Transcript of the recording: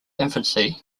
infancy